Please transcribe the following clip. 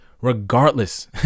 regardless